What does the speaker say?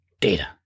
data